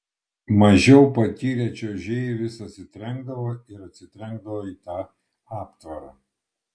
mažiau patyrę čiuožėjai vis atsitrenkdavo ir atsitrenkdavo į tą aptvarą